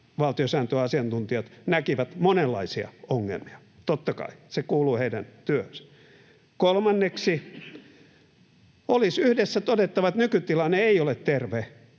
valtiosääntöasiantuntijat näkivät monenlaisia ongelmia, totta kai. Se kuuluu heidän työhönsä. Kolmanneksi, olisi yhdessä todettava, että nykytilanne ei ole terve.